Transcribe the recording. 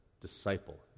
Disciple